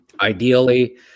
ideally